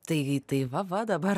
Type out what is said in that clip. tai tai va va dabar